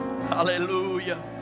Hallelujah